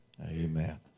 Amen